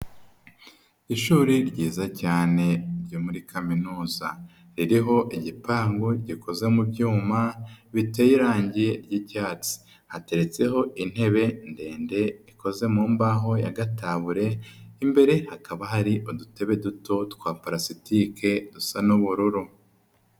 lshuri ryiza cyane ryo muri kaminuza, ririho igipango gikoze mu byuma biteye irangi ry'icyatsi, hateretseho intebe ndende ikoze mu mbaho ya gatabure ,imbere hakaba hari udutebe duto twa plastic dusa n'ubururu.